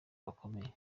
gakomeye